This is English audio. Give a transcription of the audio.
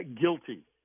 guilty